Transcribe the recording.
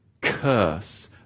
curse